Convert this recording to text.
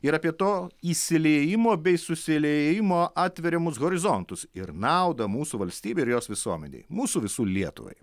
ir apie to įsiliejimo bei susiliejimo atveriamus horizontus ir naudą mūsų valstybei ir jos visuomenei mūsų visų lietuvai